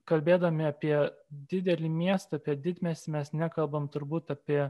kalbėdami apie didelį miestą apie didmiestį mes nekalbam turbūt apie